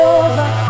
over